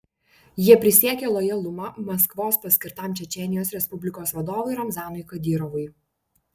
jie prisiekė lojalumą maskvos paskirtam čečėnijos respublikos vadovui ramzanui kadyrovui